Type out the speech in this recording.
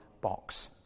box